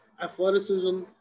athleticism